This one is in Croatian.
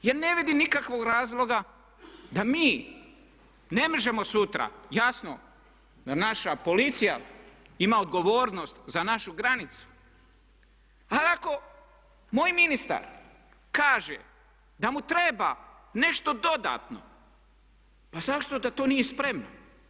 Ja ne vidim nikakvog razloga da mi ne možemo sutra, jasno da naša policija ima odgovornost za našu granicu, ali ako moj ministar kaže da mu treba nešto dodatno pa zašto da to nije spremno?